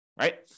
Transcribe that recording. right